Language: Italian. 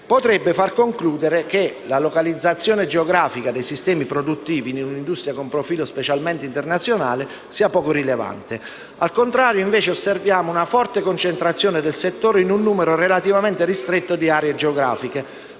potrebbe far concludere che la localizzazione geografica dei sistemi produttivi in un'industria con un profilo spiccatamente internazionale sia poco rilevante. Al contrario, osserviamo una forte concentrazione del settore in un numero relativamente ristretto di aree geografiche,